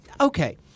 okay